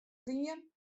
grien